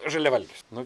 žaliavalgius nu